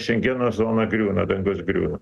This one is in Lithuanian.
šengeno zona griūna dangus griūna